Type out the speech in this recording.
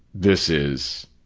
this is,